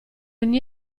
ogni